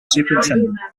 superintendent